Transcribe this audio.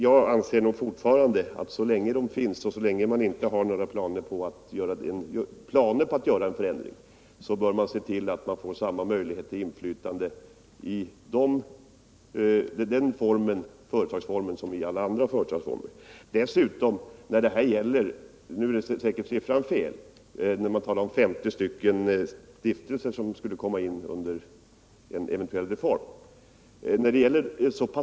Jag anser fortfarande att så länge stiftelserna finns och man inte har några planer på att göra en förändring så bör man se till att det blir samma möjligheter till inflytande i den företagsformen som i alla andra företagsformer. När man talar om 50 stiftelser som skulle komma in under en eventuell reform, är den siffran säkert fel.